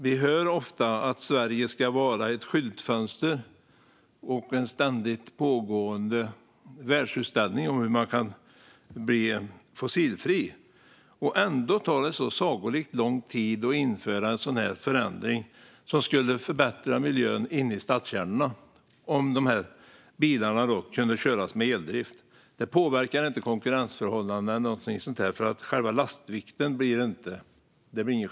Vi hör ofta att Sverige ska vara ett skyltfönster och en ständigt pågående världsutställning om hur man kan bli fossilfri. Man blir därför lite bekymrad när det ändå tar så sagolikt lång tid att införa en sådan här förändring, som skulle förbättra miljön inne i stadskärnorna. Så skulle det bli om de här bilarna kunde köras med eldrift. Det påverkar inte konkurrensförhållanden eller något sådant, för det blir ingen skillnad i själva lastvikten.